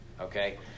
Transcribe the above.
Okay